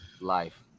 Life